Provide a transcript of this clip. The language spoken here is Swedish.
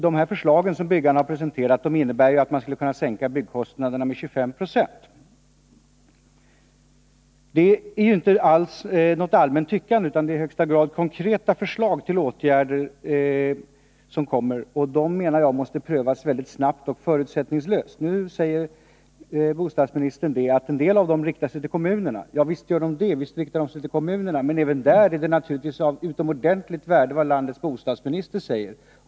De förslag som byggarna presenterat innebär att man skulle kunna sänka byggkostnaderna med 25 20. Detta är inte något allmänt tyckande, utan det är i högsta grad konkreta förslag till åtgärder, och jag menar att dessa måste prövas mycket snabbt och förutsättningslöst. Nu säger bostadsministern att en del av förslagen riktar sig till kommunerna. Ja, visst gör de det. Men även för kommunerna är det naturligtvis av utomordentligt stort värde vad landets bostadsminister säger.